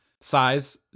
size